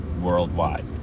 worldwide